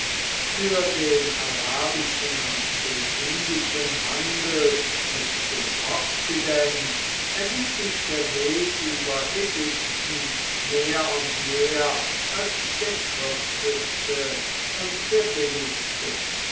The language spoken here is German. für den arabischen und den indischen handel mit dem okzident erwies sich der weg über ägypten mehr und mehr als der kürzeste und der billigste